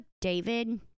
David